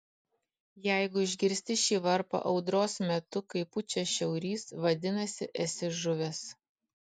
jeigu išgirsti šį varpą audros metu kai pučia šiaurys vadinasi esi žuvęs